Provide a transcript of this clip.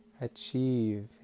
achieve